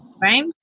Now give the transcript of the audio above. Right